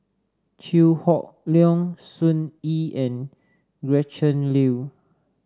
Chew Hock Leong Sun Yee and Gretchen Liu